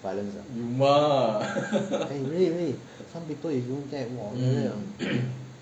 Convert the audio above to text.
violence lah eh really really some people you know them hor 就是那种